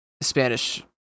Spanish